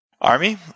Army